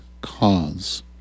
cause